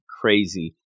crazy